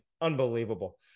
Unbelievable